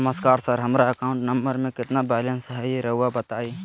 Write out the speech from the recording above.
नमस्कार सर हमरा account number में कितना बैलेंस हेई राहुर बताई?